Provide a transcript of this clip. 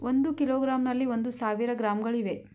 ಒಂದು ಕಿಲೋಗ್ರಾಂನಲ್ಲಿ ಒಂದು ಸಾವಿರ ಗ್ರಾಂಗಳಿವೆ